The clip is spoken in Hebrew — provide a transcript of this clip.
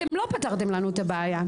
אתם לא פתרתם לנו את הבעיה.